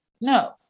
No